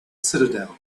citadel